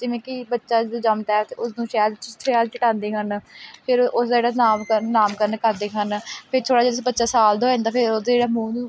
ਜਿਵੇਂ ਕਿ ਬੱਚਾ ਜਦੋਂ ਜੰਮਦਾ ਹੈ ਤਾਂ ਉਸ ਨੂੰ ਸ਼ਹਿਦ ਸ਼ਹਿਦ ਚਟਾਉਂਦੇ ਹਨ ਫਿਰ ਉਸਦਾ ਜਿਹੜਾ ਨਾਮਕਰਨ ਨਾਮਕਰਨ ਕਰਦੇ ਹਨ ਫੇਰ ਥੋੜ੍ਹਾ ਜਿਹਾ ਜਦ ਬੱਚਾ ਸਾਲ ਦਾ ਹੋ ਜਾਂਦਾ ਫੇਰ ਉਹਦੇ ਜਿਹੜਾ ਮੂੰਹ ਨੂੰ